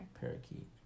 Parakeet